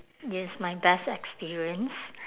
it is my best experience